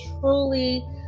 truly